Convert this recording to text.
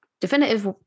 definitive